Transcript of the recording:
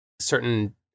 Certain